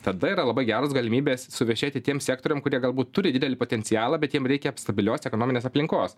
tada yra labai geros galimybės suvešėti tiem sektoriam kurie galbūt turi didelį potencialą bet jiem reikia stabilios ekonominės aplinkos